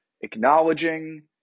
acknowledging